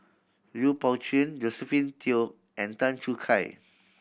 Lui Pao Chuen Josephine Teo and Tan Choo Kai